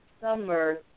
summer